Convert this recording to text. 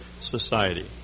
society